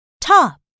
top